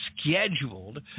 scheduled –